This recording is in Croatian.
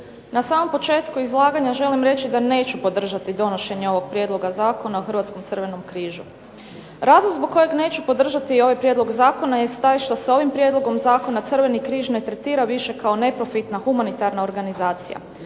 Na samom početku izlaganja želim reći da neću podržati donošenje ovog Prijedloga zakona o Hrvatskom crvenom križu. Razlog zbog kojeg neću podržati i ovaj prijedlog zakona jest taj što se ovim prijedlogom zakona Crveni križ ne tretira više kao neprofitna humanitarna organizacija